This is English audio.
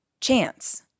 chance